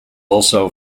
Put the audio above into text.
also